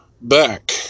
back